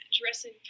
dressing